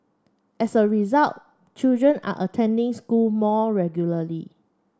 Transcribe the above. as a result children are attending school more regularly